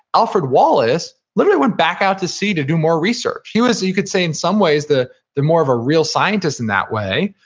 alfred wallace literally went back out to sea to do more research. he was, you could say in some ways, the the more of a real scientist in that way,